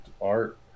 Art